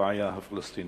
הבעיה הפלסטינית.